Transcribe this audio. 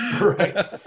Right